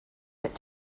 that